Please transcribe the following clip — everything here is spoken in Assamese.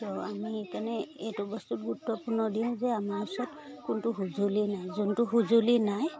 তো আমি কাৰণে এইটো বস্তুত গুৰুত্বপূৰ্ণ দিওঁ যে আমাৰ ওচৰত কোনটো সঁজুলি নাই যোনটো সঁজুলি নাই